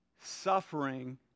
suffering